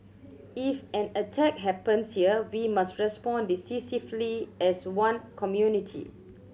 if an attack happens here we must respond decisively as one community